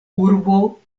urbo